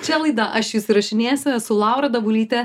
čia laida aš jus įrašinėsiu esu laura dabulytė